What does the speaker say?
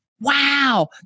wow